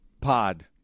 pod